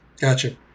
gotcha